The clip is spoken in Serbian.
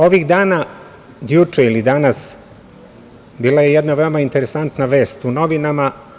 Ovih dana, juče ili danas, bila je jedna veoma interesantna vest u novinama.